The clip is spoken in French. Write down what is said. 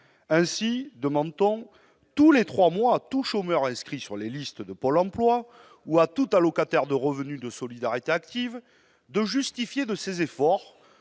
Ainsi demande-t-on tous les trois mois à tout chômeur inscrit sur les listes de Pôle emploi ou à tout allocataire du revenu de solidarité active d'apporter la preuve des efforts